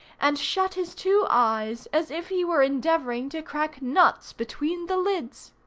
and shut his two eyes as if he were endeavoring to crack nuts between the lids.